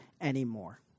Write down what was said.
anymore